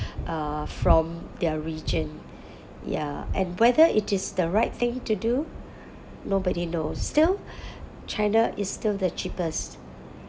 uh from their region ya and whether it is the right thing to do nobody knows still china is still the cheapest